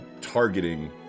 targeting